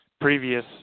previous